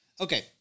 Okay